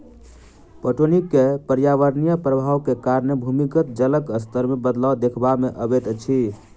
पटौनीक पर्यावरणीय प्रभावक कारणें भूमिगत जलक स्तर मे बदलाव देखबा मे अबैत अछि